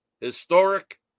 historic